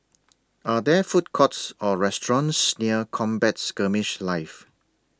Are There Food Courts Or restaurants near Combat Skirmish Live